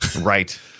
Right